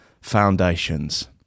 foundations